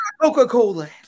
Coca-Cola